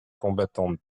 combattantes